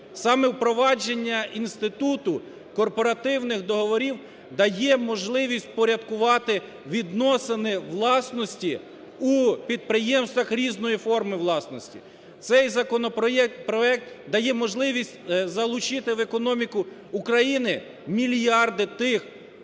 Саме впровадження інституту корпоративних договорів дає можливість впорядкувати відносини власності у підприємствах різної форми власності. Цей законопроект дає можливість залучити в економіку України мільярди тих